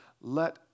let